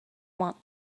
want